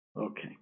Okay